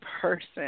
person